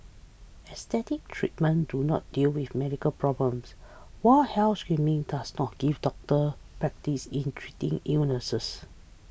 aesthetic treatments do not deal with medical problems while health screening does not give doctors practice in treating illnesses